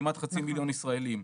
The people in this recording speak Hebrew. כמעט חצי מיליון ישראלים.